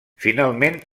finalment